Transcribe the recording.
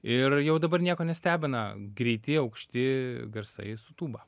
ir jau dabar nieko nestebina greiti aukšti garsai su tūba